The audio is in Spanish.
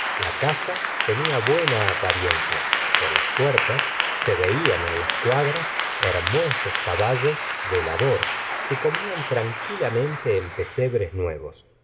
la casa tenla buena apariencia por las puertas se veían en las cuadras hermosos caballos de labor que comían tranquilamente en pesebres nuevos